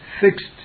fixed